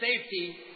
safety